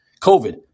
COVID